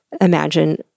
imagine